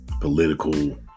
political